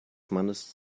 mannes